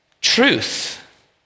truth